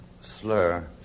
slur